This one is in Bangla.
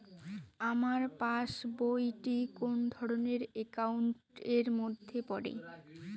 আমার পাশ বই টি কোন ধরণের একাউন্ট এর মধ্যে পড়ে?